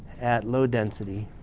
at low density.